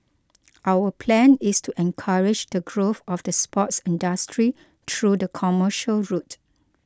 our plan is to encourage the growth of the sports industry through the commercial route